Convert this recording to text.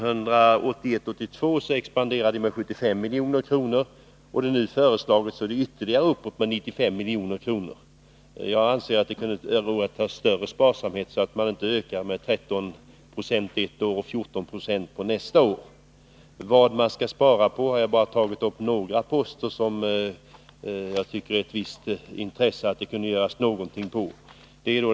1981/82 expanderade de med 75 milj.kr., och nu föreslås ytterligare en höjning med 95 milj.kr. Jag anser att man kunde iaktta större sparsamhet så att man inte ökar med 13 976 ett år och 14 Yo nästa år. = Vad skall man då spara på? Vi har i motionen tagit upp några poster som jag tycker att det är av visst intresse att det kunde göras någonting åt.